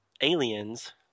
aliens